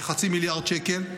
כ-0.5 מיליארד שקל.